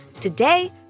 Today